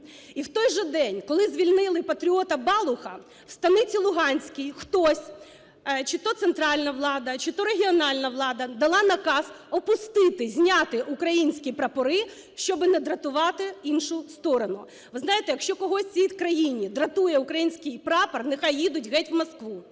І в той же день коли звільнили патріота Балуха, в Станиці Луганській хтось, чи то центральна влада, чи то регіональна влада, дала наказ опустити, зняти українські прапори, щоби не дратувати іншу сторону. Ви знаєте, якщо когось в цій країні дратує український прапор, нехай їдуть геть, в Москву.